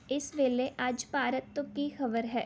ਇਸ ਵੇਲੇ ਅੱਜ ਭਾਰਤ ਤੋਂ ਕੀ ਖ਼ਬਰ ਹੈ